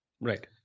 Right